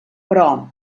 però